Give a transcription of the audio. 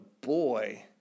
boy